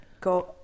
go